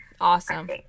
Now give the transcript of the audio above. Awesome